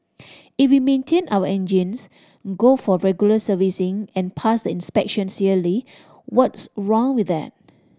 if we maintain our engines go for regular servicing and pass the inspections yearly what's wrong with that